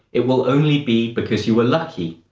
it will only be because you were lucky.